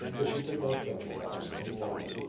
but she did not venture to ask him why.